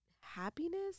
happiness